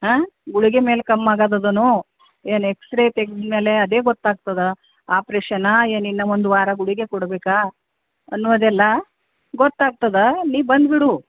ಹಾಂ ಗುಳಿಗೆ ಮೇಲೆ ಕಮ್ಮಿ ಆಗದದನು ಏನು ಎಕ್ಸ್ರೇ ತೆಗೆದ ಮೇಲೆ ಅದೇ ಗೊತ್ತಾಗ್ತದೆ ಆಪ್ರೇಷನ್ನಾ ಏನು ಇನ್ನು ಒಂದು ವಾರ ಗುಳಿಗೆ ಕೊಡಬೇಕಾ ಅನ್ನೋದೆಲ್ಲ ಗೊತ್ತಾಗ್ತದೆ ನೀ ಬಂದುಬಿಡು